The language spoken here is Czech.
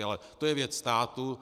Ale to je věc státu.